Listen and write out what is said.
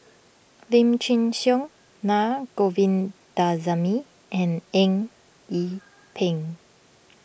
Lim Chin Siong Naa Govindasamy and Eng Yee Peng